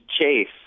Chase